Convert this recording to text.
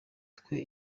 twe